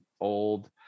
old